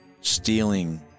stealing